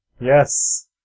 Yes